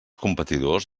competidors